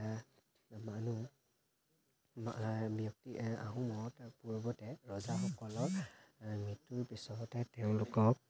মানুহ ব্য়ক্তি আহোমৰ তেওঁ পূৰ্বতে ৰজাসকলৰ মৃত্যুৰ পিছতহে তেওঁলোকক